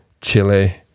Chile